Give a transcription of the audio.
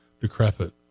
decrepit